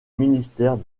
ministère